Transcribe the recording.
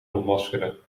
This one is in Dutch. ontmaskeren